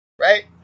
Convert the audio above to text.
Right